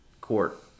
court